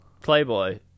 playboy